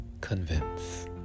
convince